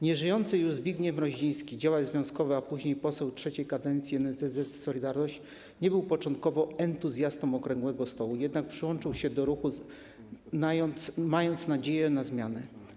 Nieżyjący już Zbigniew Mroziński, działacz związkowy, a później poseł III Kadencji NSZZ ˝Solidarność˝, nie był początkowo entuzjastą okrągłego stołu, jednak przyłączył się do ruchu mając nadzieję na zmianę.